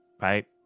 right